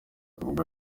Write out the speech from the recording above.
ubwo